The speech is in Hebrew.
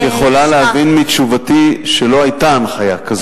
את יכולה להבין מתשובתי שלא היתה הנחיה כזאת,